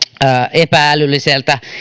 epä älylliseltä